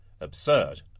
absurd